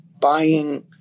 buying